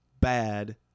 bad